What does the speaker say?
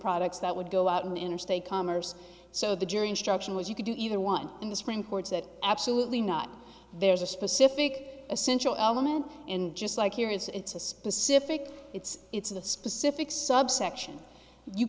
products that would go out and interstate commerce so the jury instruction was you could do either one in the supreme court that absolutely not there's a specific essential element in just like here it's a specific it's it's a specific subsection you